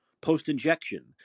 post-injection